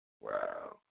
Wow